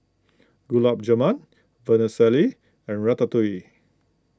Gulab Jamun Vermicelli and Ratatouille